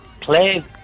Play